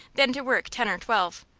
than to work ten or twelve.